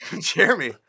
Jeremy